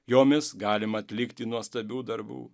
jomis galima atlikti nuostabių darbų